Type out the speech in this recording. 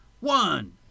One